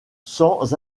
sans